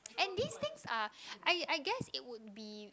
and these things are I I guess it would be